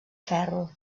ferro